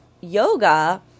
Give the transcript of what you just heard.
yoga